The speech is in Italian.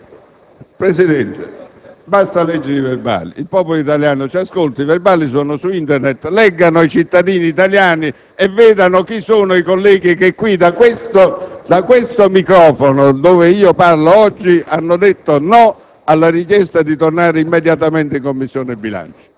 Presidente, basta leggere i Resoconti stenografici. Il popolo italiano ci ascolta, i verbali sono su Internet: i cittadini italiani li leggano e vedano chi sono i colleghi che qui, da questo microfono dove io parlo oggi, hanno detto no